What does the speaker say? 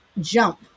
jump